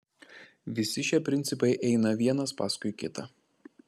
visi šie principai eina vienas paskui kitą